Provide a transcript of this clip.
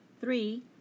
Three